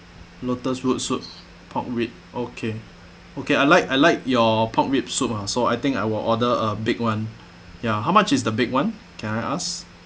lotus root soup pork rib okay okay I like I like your pork rib soup ah so I think I will order a big one ya how much is the big one can I ask